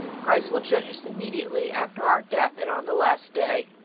christ will judge us immediately after our death, and on the last day.